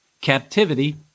captivity